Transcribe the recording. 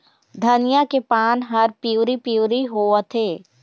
धनिया के पान हर पिवरी पीवरी होवथे?